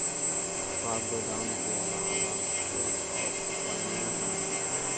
का गोदाम के आलावा कोई और उपाय न ह?